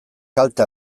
kalte